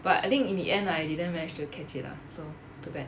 but I think in the end I didn't manage to catch it lah so too bad